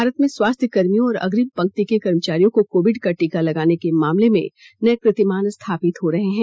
भारत में स्वास्थ्य कर्मियों और अग्रिम पंक्ति के कर्मचारियों को कोविड का टीका लगाने के मामले में नये कीर्तिमान स्थापित हो रहे हैं